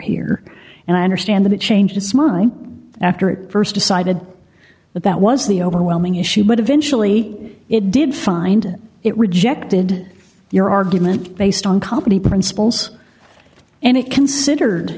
here and i understand that it changed its mind after it st decided that that was the overwhelming issue but eventually it did find it rejected your argument based on company principles and it considered